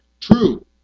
True